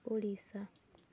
Odisha